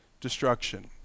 destruction